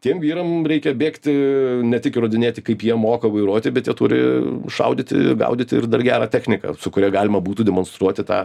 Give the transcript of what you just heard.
tiem vyram reikia bėgti ne tik įrodinėti kaip jie moka vairuoti bet jie turi šaudyti gaudyti ir dar gerą techniką su kuria galima būtų demonstruoti tą